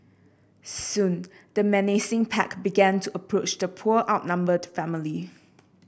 soon the menacing pack began to approach the poor outnumbered family